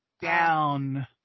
down